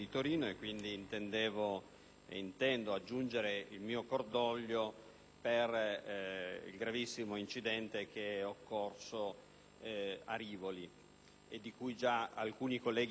intendo aggiungere il mio cordoglio per il gravissimo incidente occorso a Rivoli, di cui alcuni colleghi hanno già parlato stamani.